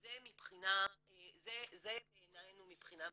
זה בעינינו מבחינה מקצועית.